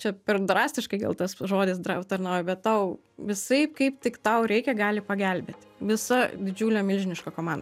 čia per drastiškai gal tas žodis dra tarnauja bet tau visaip kaip tik tau reikia gali pagelbėti visa didžiulė milžiniška koman